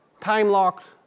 time-locked